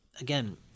Again